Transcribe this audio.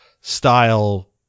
style